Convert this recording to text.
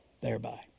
thereby